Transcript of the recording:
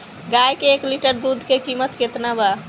गाय के एक लीटर दूध के कीमत केतना बा?